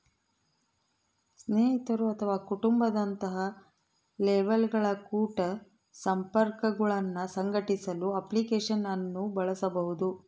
ಸ್ನೇಹಿತರು ಅಥವಾ ಕುಟುಂಬ ದಂತಹ ಲೇಬಲ್ಗಳ ಕುಟ ಸಂಪರ್ಕಗುಳ್ನ ಸಂಘಟಿಸಲು ಅಪ್ಲಿಕೇಶನ್ ಅನ್ನು ಬಳಸಬಹುದು